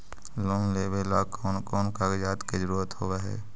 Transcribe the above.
Loan लेबे ला कौन कौन कागजात के जरुरत होबे है?